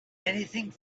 anything